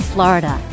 Florida